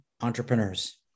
Entrepreneurs